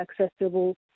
accessible